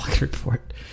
report